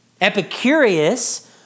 Epicurus